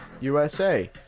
USA